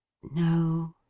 no.